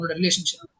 relationship